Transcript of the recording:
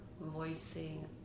voicing